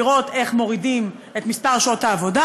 לראות איך מורידים את מספר שעות העבודה,